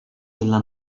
della